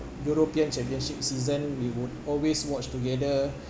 european championship season we would always watch together